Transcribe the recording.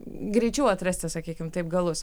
greičiau atrasti sakykim taip galus